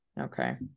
Okay